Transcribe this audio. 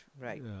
right